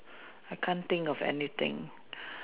I can't think of anything